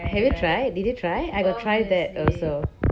have you tried did you try I got try that also